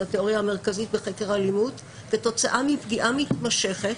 זו התיאוריה המרכזית בחקר אלימות כתוצאה מפגיעה מתמשכת,